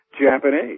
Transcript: Japanese